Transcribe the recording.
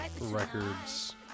records